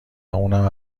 اونم